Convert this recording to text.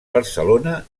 barcelona